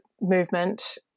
movement